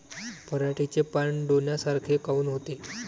पराटीचे पानं डोन्यासारखे काऊन होते?